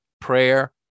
prayer